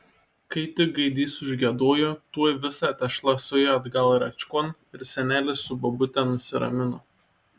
kai tik gaidys užgiedojo tuoj visa tešla suėjo atgal rėčkon ir senelis su bobute nusiramino